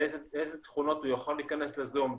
איזה תכונות הוא יכול להכנס לזום,